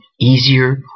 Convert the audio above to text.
Easier